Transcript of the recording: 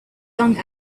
young